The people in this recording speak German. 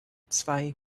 zwei